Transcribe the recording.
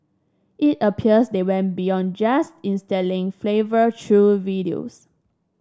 it appears they went beyond just instilling fervour through videos